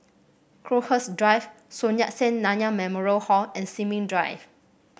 Crowhurst Drive Sun Yat Sen Nanyang Memorial Hall and Sin Ming Drive